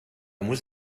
muss